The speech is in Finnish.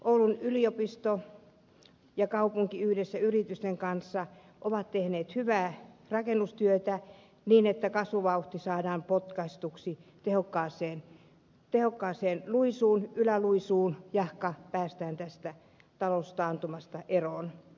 oulun yliopisto ja kaupunki yhdessä yritysten kanssa ovat tehneet hyvää rakennustyötä niin että kasvuvauhti saadaan potkaistuksi tehokkaaseen yläluisuun jahka päästään tästä taloustaantumasta eroon